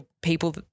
people